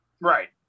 Right